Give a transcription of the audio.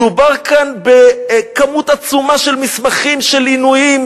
מדובר כאן בכמות עצומה של מסמכים על עינויים,